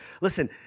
listen